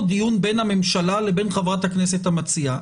דיון בין הממשלה לבין חברת הכנסת המציעה.